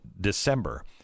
December